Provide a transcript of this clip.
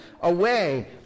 away